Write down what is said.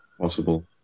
possible